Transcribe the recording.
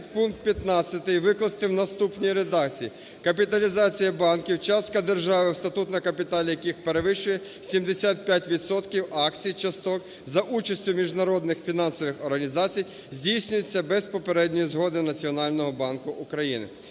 підпункт 15 викласти в наступній редакції: "Капіталізація банків, частка держави, статутний капітал яких перевищує 75 відсотків акцій часток за участю міжнародних фінансових організацій, здійснюється без попередньої згоди Національного банку України".